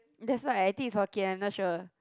that's why I think is Hokkien I'm not sure